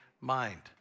mind